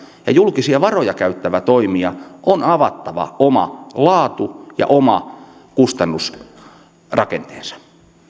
ja julkisia varoja käyttävän toimijan on avattava oma laatu ja kustannusrakenteensa